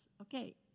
Okay